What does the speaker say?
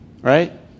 Right